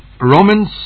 Romans